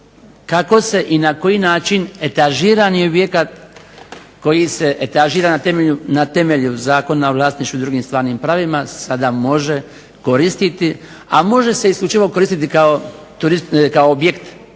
kako se i na koji način etažirani objekat, koji se etažira na temelju Zakona o vlasništvu i drugim stvarnim pravima sada može koristiti, a može se isključivo koristiti kao objekt